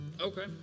Okay